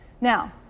Now